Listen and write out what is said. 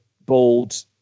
bold